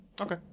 Okay